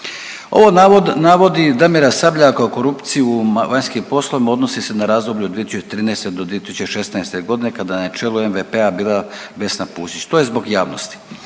Ovi navodi Damira Sabljaka o korupciji u vanjskim poslovima odnosi se na razdoblje od 2013. do 2016.g. kada je na čelu MVP bila Vesna Pusić, to je zbog javnosti.